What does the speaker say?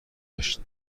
گشت